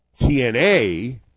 TNA